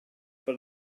for